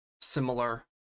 similar